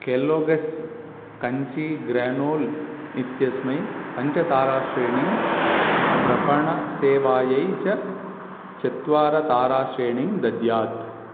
Kellogg's crunchy granola इत्यस्मै पञ्चताराश्रेणीं प्रापणसेवायै च चत्वारिताराश्रेणीं दद्यात्